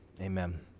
amen